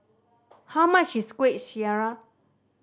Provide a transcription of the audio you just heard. how much is Kuih Syara